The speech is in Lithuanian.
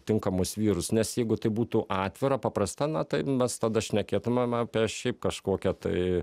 tinkamus vyrus nes jeigu tai būtų atvira paprasta na tai mes tada šnekėtumėm apie šiaip kažkokią tai